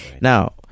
Now